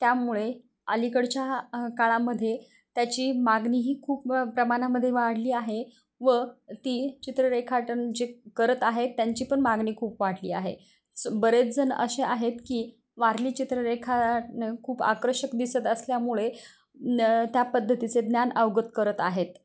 त्यामुळे अलीकडच्या काळामध्ये त्याची मागणी ही खूप प्रमाणामध्ये वाढली आहे व ती चित्ररेखाटन जे करत आहे त्यांचीपण मागणी खूप वाढली आहे बरेचजण असे आहेत की वारली चित्ररेखानटन खूप आकर्षक दिसत असल्यामुळे न त्या पद्धतीचे ज्ञान अवगत करत आहेत